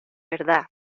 verdad